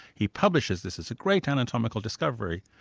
he publishes this as a great anatomical discovery,